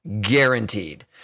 guaranteed